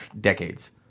decades